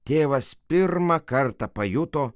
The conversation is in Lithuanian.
tėvas pirmą kartą pajuto